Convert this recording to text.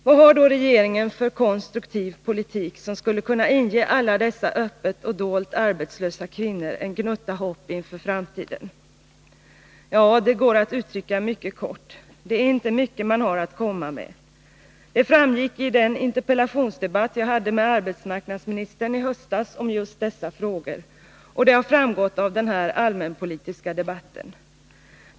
Vad har då regeringen för förslag till konstruktiv politik, som skulle kunna inge alla dessa öppet och dolt arbetslösa kvinnor en gnutta hopp inför framtiden? Det går att uttrycka mycket kort. Det är inte mycket man har att komma med. Det framgick i den interpellationsdebatt om just dessa frågor som jag i höstas hade med arbetsmarknadsministern, och det har framgått av den här allmänpolitiska debatten.